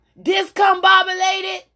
Discombobulated